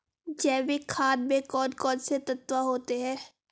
जैविक खाद में कौन कौन से तत्व होते हैं?